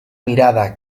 mirada